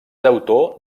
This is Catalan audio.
autor